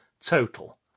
total